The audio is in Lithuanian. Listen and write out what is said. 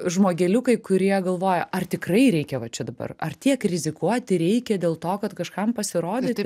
žmogeliukai kurie galvoja ar tikrai reikia čia dabar ar tiek rizikuoti reikia dėl to kad kažkam pasirodyti